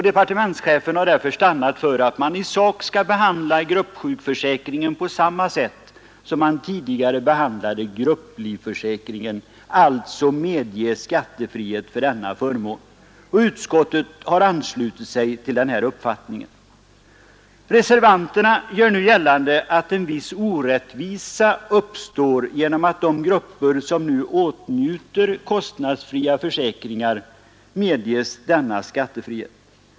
Departementschefen har därför stannat för att man i sak bör behandla gruppsjukförsäkringen på samma sätt som man tidigare behandlat grupplivförsäkringen, alltså medge skattefrihet för denna förmån. Utskottet har anslutit sig till denna uppfattning. Reservanterna gör nu gällande att en viss orättvisa uppstår genom att de grupper som nu åtnjuter kostnadsfria försäkringar medges denna skattefrihet.